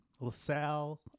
LaSalle